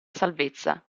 salvezza